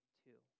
two